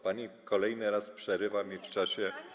Pani kolejny raz przerywa mi w czasie.